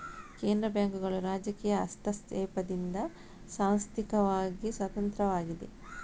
ಕೇಂದ್ರ ಬ್ಯಾಂಕುಗಳು ರಾಜಕೀಯ ಹಸ್ತಕ್ಷೇಪದಿಂದ ಸಾಂಸ್ಥಿಕವಾಗಿ ಸ್ವತಂತ್ರವಾಗಿವೆ